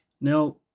Now